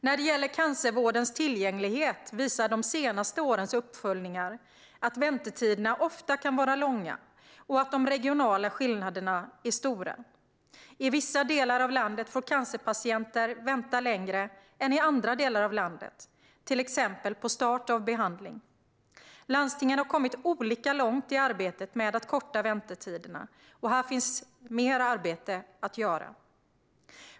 När det gäller cancervårdens tillgänglighet visar de senaste årens uppföljningar att väntetiderna ofta kan vara långa och att de regionala skillnaderna är stora. I vissa delar av landet får cancerpatienter vänta längre än i andra delar av landet, till exempel på start av behandling. Landstingen har kommit olika långt i arbetet med att korta väntetiderna, och här finns mer arbete att göra.